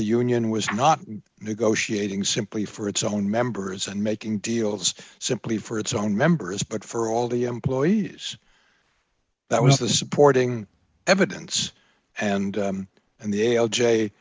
the union was not negotiating simply for its own members and making deals simply for its own members but for all the employees that was the supporting evidence and and the a